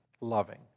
loving